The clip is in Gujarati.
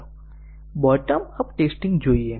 ચાલો બોટમ અપ ટેસ્ટિંગ જોઈએ